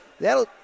That'll